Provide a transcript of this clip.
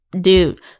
Dude